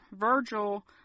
Virgil